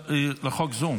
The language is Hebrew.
להצעת חוק זאת